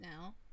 now